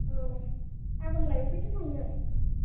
औ गाबोनलाय बबेहायथो थांगोन